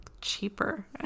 cheaper